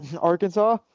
Arkansas